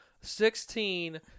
sixteen